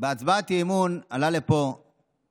נתקלים במראה דומה בתחומי